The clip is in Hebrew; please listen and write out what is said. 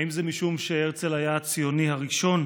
האם זה משום שהרצל היה הציוני הראשון?